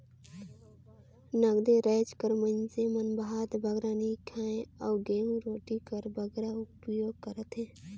नगदे राएज कर मइनसे मन भात बगरा नी खाएं अउ गहूँ रोटी कर बगरा उपियोग करथे